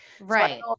Right